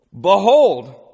Behold